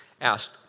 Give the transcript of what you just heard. asked